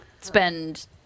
spend